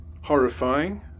Horrifying